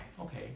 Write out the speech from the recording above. okay